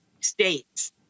states